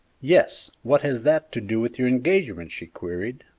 yes what has that to do with your engagement? she queried.